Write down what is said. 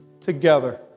together